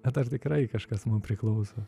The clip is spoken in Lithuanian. bet ar tikrai kažkas mum priklauso